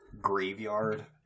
graveyard